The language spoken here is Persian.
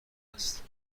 است